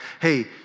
Hey